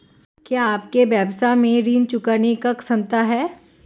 क्या आपके व्यवसाय में ऋण चुकाने की क्षमता है?